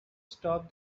stop